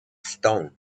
stoned